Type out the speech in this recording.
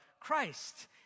Christ